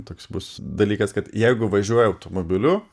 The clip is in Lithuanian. toks bus dalykas kad jeigu važiuoji automobiliu